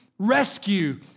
Rescue